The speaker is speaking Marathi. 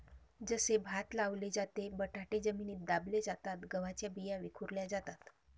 जसे भात लावले जाते, बटाटे जमिनीत दाबले जातात, गव्हाच्या बिया विखुरल्या जातात